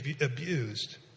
abused